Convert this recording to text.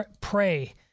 pray